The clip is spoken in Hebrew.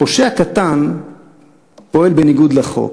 פושע קטן פועל בניגוד לחוק,